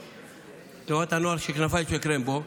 תנועת הנוער כנפיים של קרמבו,